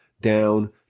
down